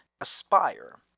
aspire